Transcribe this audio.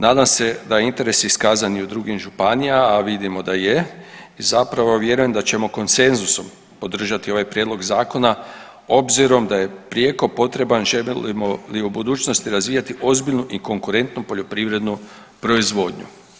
Nadam se da je interes iskazan i u drugim županijama, a vidimo da je i zapravo vjerujem da ćemo konsenzusom podržati ovaj prijedlog zakona obzirom da je prijeko potreban želimo li u budućnosti razvijati ozbiljnu i konkurentnu poljoprivrednu proizvodnju.